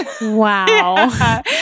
wow